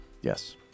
Yes